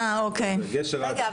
רגע,